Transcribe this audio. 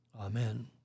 Amen